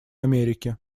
америки